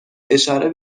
اشاره